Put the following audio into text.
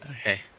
Okay